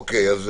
אוקיי.